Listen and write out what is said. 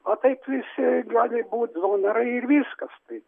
o taip visi gali būt donorai ir viskas tai